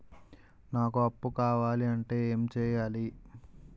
నాకు అప్పు కావాలి అంటే ఎం చేయాలి?